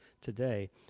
today